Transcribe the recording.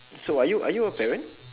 so are you are you a parent